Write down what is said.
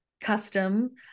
custom